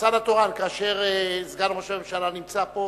השר התורן, כאשר סגן ראש הממשלה נמצא פה